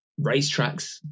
racetracks